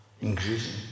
increasing